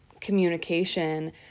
communication